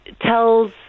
tells